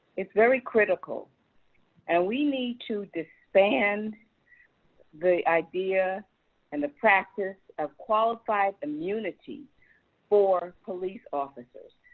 it's very critical and we need to disband the idea and the practice of qualified immunity for police officers,